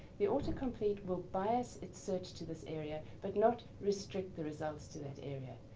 the autocomplete will bias its search to this area but not restrict the results to that area.